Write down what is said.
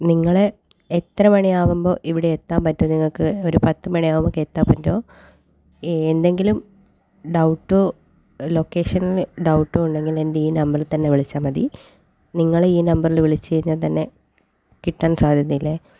നിങ്ങളെ എത്ര മണിയാവുമ്പോൾ ഇവിടെ എത്താൻ പറ്റും നിങ്ങൾക്ക് ഒരു പത്ത് മണി ആവുമ്പോഴേക്ക് എത്താൻ പറ്റുവോ ഏ എന്തെങ്കിലും ഡൗട്ടോ ലൊക്കേഷനിൽ ഡൗട്ട് ഉണ്ടെങ്കിൽ എൻ്റെ ഈ നമ്പറിൽ തന്നെ വിളിച്ചാൽ മതി നിങ്ങളെ ഈ നമ്പറിൽ വിളിച്ച് കഴിഞ്ഞാൽ തന്നെ കിട്ടാൻ സാധ്യത ഇല്ലേ